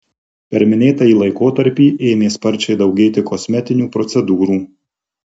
per minėtąjį laikotarpį ėmė sparčiai daugėti kosmetinių procedūrų